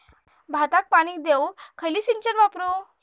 भाताक पाणी देऊक खयली सिंचन वापरू?